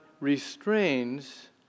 restrains